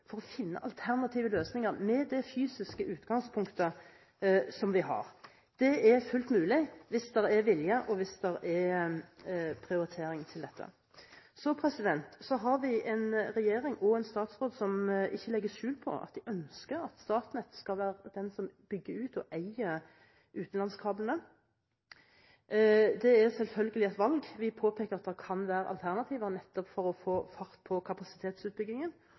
for å finne alternative løsninger med det fysiske utgangspunktet vi har, så er det fullt mulig hvis det er vilje, og hvis det er prioritering til dette. Så har vi en regjering og en statsråd som ikke legger skjul på at de ønsker at det skal være Statnett som bygger ut og eier utenlandskablene. Det er selvfølgelig et valg. Vi påpeker at det kan være alternativer, nettopp for å få fart på kapasitetsutbyggingen.